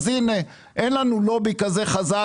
אז הנה, אין לנו לובי כזה חזק.